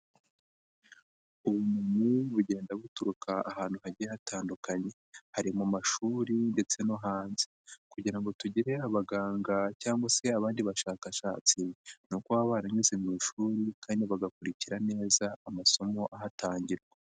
Ubumenyi bugenda buturuka ahantu hagiye hatandukanye. hari mu mashuri ndetse no hanze. Kugira ngo tugire abaganga cyangwa se abandi bashakashatsi, ni uko baba baranyuze mu ishuri kandi bagakurikira neza amasomo ahatangirwa.